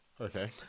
Okay